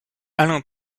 alain